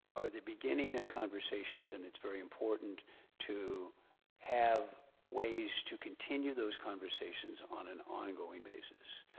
are the beginning of conversations, and it's very important to have ways to continue those conversations on an ongoing basis.